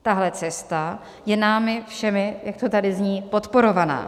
Tahle cesta je námi všemi, jak to tady zní, podporovaná.